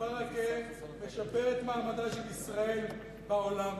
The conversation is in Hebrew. ברכה משפר את מעמדה של ישראל בעולם,